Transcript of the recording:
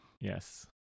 yes